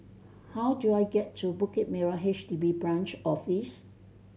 how do I get to Bukit Merah H D B Branch Office